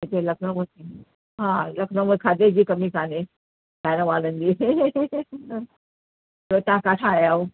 हिते लखनऊ में हा लखनऊ में खाधे जी कमी काने खाइण वारनि जी त तव्हां किथां आया आहियो